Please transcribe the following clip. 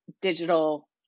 digital